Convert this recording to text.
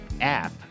app